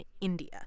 India